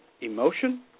emotion